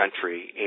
country